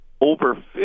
over